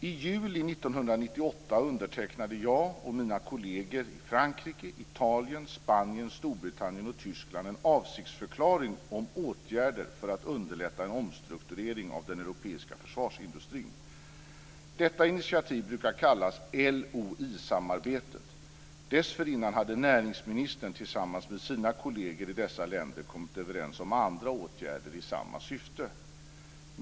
I juli 1998 undertecknade jag och mina kolleger i Frankrike, Italien, Spanien, Storbritannien och Tyskland en avsiktsförklaring om åtgärder för att underlätta en omstrukturering av den europeiska försvarsindustrin. Detta initiativ brukar kallas LOI samarbetet. Dessförinnan hade näringsministern tillsammans med sina kolleger i dessa länder kommit överens om andra åtgärder i samma syfte.